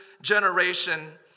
generation